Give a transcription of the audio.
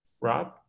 Rob